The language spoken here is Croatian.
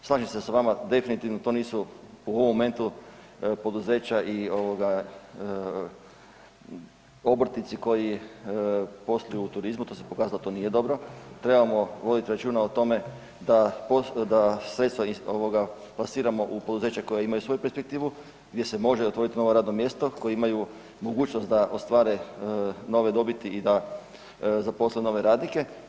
Slažem se s vama definitivno to nisu u ovom momentu poduzeća i ovoga obrtnici koji posluju u turizmu to se pokazalo to nije dobro, trebamo voditi računa o tome da sredstva plasiramo koja imaju svoju perspektivu, gdje se može otvoriti novo radno mjesto, koje imaju mogućnost da ostvare nove dobiti i da zaposle nove radnike.